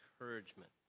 encouragement